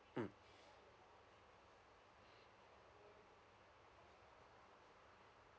mm